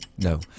no